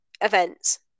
events